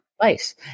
place